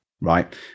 right